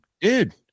Dude